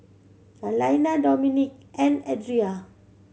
Alaina Dominik and Adria